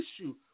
issue